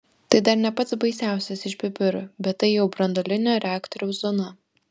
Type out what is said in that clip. tai dar ne pats baisiausias iš pipirų bet tai jau branduolinio reaktoriaus zona